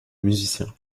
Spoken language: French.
musiciens